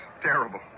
terrible